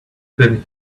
been